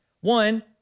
One